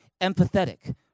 empathetic